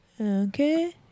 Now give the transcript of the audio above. Okay